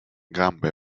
gambe